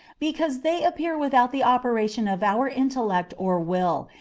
because they appear without the operation of our intellect or will,